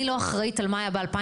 אני לא אחראית על מה שהיה ב-2018,